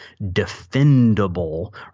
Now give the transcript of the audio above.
defendable